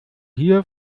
hier